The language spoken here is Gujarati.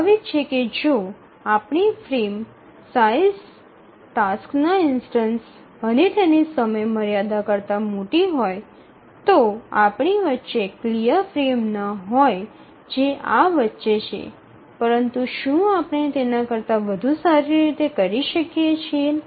સ્વાભાવિક છે કે જો આપણી ફ્રેમ સાઇઝ ટાસ્કનાં ઇન્સ્ટનસ અને તેની સમયમર્યાદા કરતા મોટી હોય તો આપણી વચ્ચે ક્લિયર ફ્રેમ ન હોય જે આ વચ્ચે છે પરંતુ શું આપણે તેના કરતાં વધુ સારી રીતે કરી શકીએ છીએ